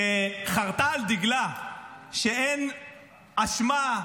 שחרתה על דגלה שאין אשמה,